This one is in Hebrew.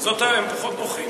הם פחות נוחים לי.